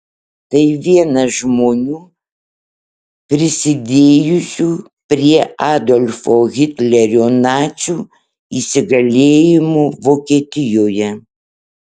tai vienas žmonių prisidėjusių prie adolfo hitlerio nacių įsigalėjimo vokietijoje